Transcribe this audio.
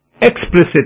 explicit